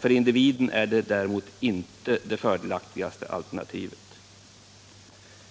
För individen är det däremot inte det fördelaktigaste alternativet.